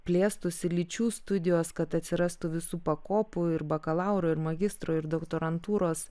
plėstųsi lyčių studijos kad atsirastų visų pakopų ir bakalauro ir magistro ir doktorantūros